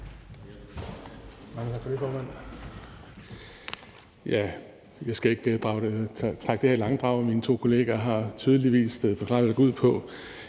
Mange tak for det, formand.